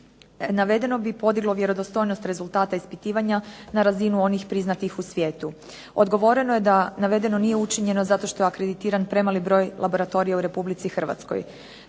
Navedeno bi podiglo vjerodostojnost rezultata ispitivanja na razinu onih priznatih u svijetu. Odgovoreno je da navedeno nije učinjeno zato što je akreditiran premali broj laboratorija u Republici Hrvatskoj.